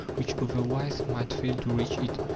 which otherwise might fail to reach it.